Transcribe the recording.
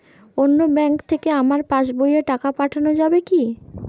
অন্য ব্যাঙ্ক থেকে আমার পাশবইয়ে টাকা পাঠানো যাবে কি?